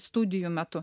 studijų metu